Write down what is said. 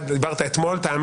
ואני אשמח שנייחד לזה זמן בהמשך